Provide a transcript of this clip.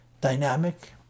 dynamic